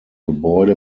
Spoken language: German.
gebäude